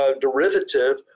derivative